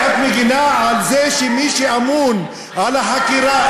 את מגינה על זה שמי שאמון על החקירה,